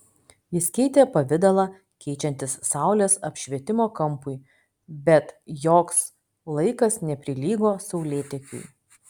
jis keitė pavidalą keičiantis saulės apšvietimo kampui bet joks laikas neprilygo saulėtekiui